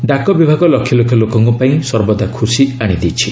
ଡାକ ବିଭାଗ ଲକ୍ଷ ଲୋକଙ୍କପାଇଁ ସର୍ବଦା ଖୁସି ଆଣି ଦେଇଛି